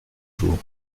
jours